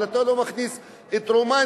אבל אתה לא מכניס את רומניה.